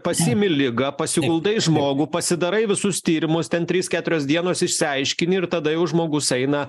pasiimi ligą pasiguldai žmogų pasidarai visus tyrimus ten trys keturios dienos išsiaiškini ir tada jau žmogus eina